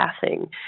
passing